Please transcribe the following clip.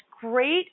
great